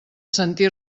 sentir